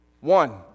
one